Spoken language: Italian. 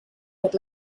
per